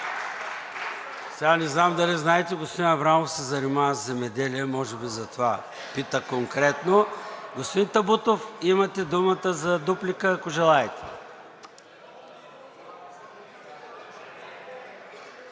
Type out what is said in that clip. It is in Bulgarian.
Сега, не знам дали знаете, че господин Аврамов се занимава със земеделие и може би затова пита конкретно. Господин Табутов, имате думата за дуплика, ако желаете.